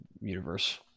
universe